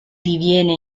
diviene